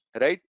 right